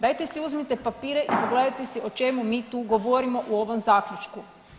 Dajte si uzmite papire i pogledajte si o čemu mi tu govorimo u ovom zaključku.